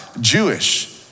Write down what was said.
Jewish